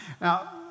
Now